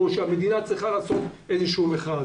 או שהמדינה צריכה לעשות איזשהו מכרז.